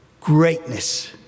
Greatness